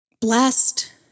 Blessed